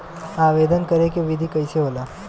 आवेदन करे के विधि कइसे होला?